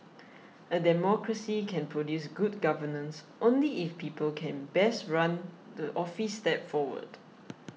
a democracy can produce good governance only if people can best run the office step forward